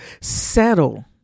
settle